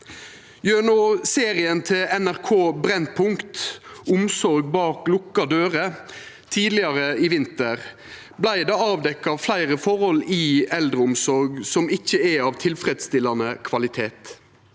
Gjennom serien til NRK Brennpunkt, Omsorg bak lukkede dører, send tidlegare i vinter, vart det avdekt fleire forhold i eldreomsorga som ikkje er av tilfredsstillande kvalitet.